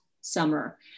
summer